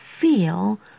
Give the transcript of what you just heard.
feel